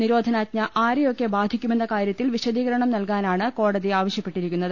നിരോധനാജ്ഞ ആരെയൊക്കെ ബാധിക്കുമെന്ന കാര്യത്തിൽ വിശദീകരണം നൽകാനാണ് കോടതി ആവശ്യപ്പെ ട്ടിരിക്കുന്നത്